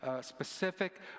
Specific